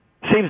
Seems